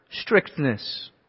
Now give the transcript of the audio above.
strictness